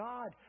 God